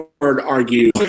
argue